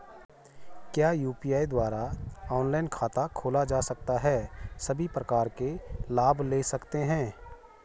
क्या यु.पी.आई द्वारा ऑनलाइन खाता खोला जा सकता है सभी प्रकार के लाभ ले सकते हैं?